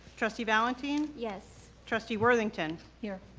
trustee valentin? yes. trustee worthington? here.